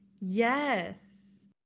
Yes